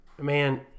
man